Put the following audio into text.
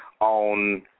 on